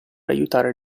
aiutare